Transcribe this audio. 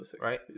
right